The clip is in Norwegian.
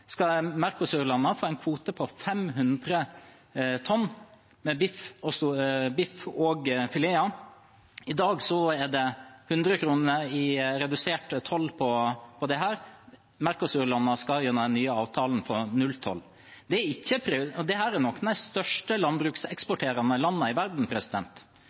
skal få en eksklusiv rett til å bruke en kvote som har vært tildelt utviklingslandene. Mercosur-landene skal få en kvote på 500 tonn biff og fileter. I dag er det 100 kr i redusert toll på dette, Mercosur-landene skal gjennom den nye avtalen få nulltoll. Dette er noen av de største landbrukseksporterende landene i verden.